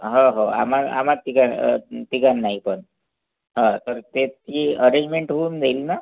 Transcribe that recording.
आम्हा आम्हा तिघां तिघांनाही पण हां तर त्याची अरेंजमेंट होऊन जाईन ना